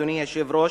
אדוני היושב-ראש,